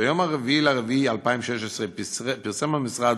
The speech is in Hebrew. ביום 4 באפריל 2016 פרסם המשרד